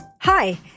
Hi